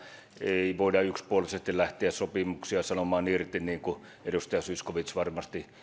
ei voida yksipuolisesti lähteä sopimuksia sanomaan irti niin kuin edustaja zyskowicz varmasti